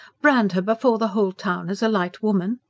brand her before the whole town as a light woman?